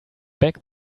back